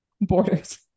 Borders